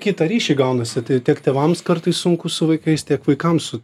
kitą ryšį gaunasi tai tiek tėvams kartais sunku su vaikais tiek vaikams su